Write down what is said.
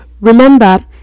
Remember